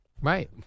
Right